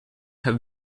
have